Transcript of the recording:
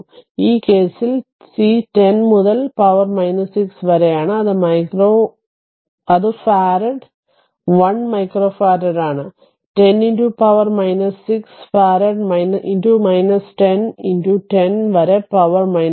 അതിനാൽ ഈ കേസിൽ c 10 മുതൽ പവർ 6 വരെയാണ് അത് ഫാരഡ് 1 മൈക്രോ ഫാരഡ് ആണ് 10 പവർ 6 ഫാരഡ് 10 10 വരെ പവർ 6